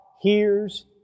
hears